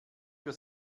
für